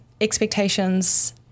expectations